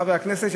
חברי הכנסת,